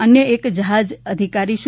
અન્ય એક જહાજ અધિકારી સુ